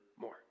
more